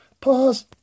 pause